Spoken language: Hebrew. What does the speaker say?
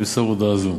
למסור הודעה זו: